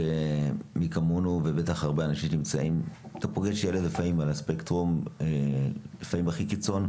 לפעמים אתה פוגש ילד על הספקטרום הכי קיצון.